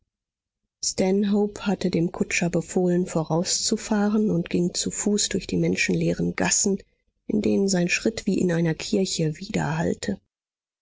hatte dem kutscher befohlen vorauszufahren und ging zu fuß durch die menschenleeren gassen in denen sein schritt wie in einer kirche